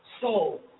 soul